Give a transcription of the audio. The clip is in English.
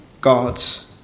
God's